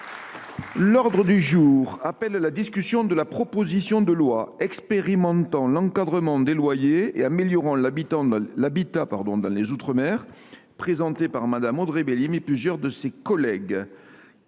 Écologiste et Républicain, de la proposition de loi expérimentant l’encadrement des loyers et améliorant l’habitat dans les outre mer, présentée par Mme Audrey Bélim et plusieurs de ses collègues